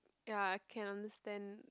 ya can understand